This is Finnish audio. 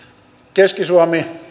keski suomi